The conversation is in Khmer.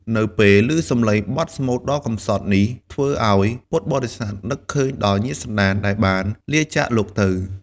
នៅពេលលឺសំឡេងបទស្មូតដ៏កម្សត់នេះ ធ្វើឲ្យពុទ្ធបរិស័ទនឹកឃើញដល់ញាតិសន្តានដែលបានលាចាកលោកទៅ។